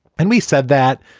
and we said that,